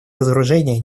разоружения